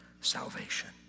salvation